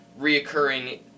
reoccurring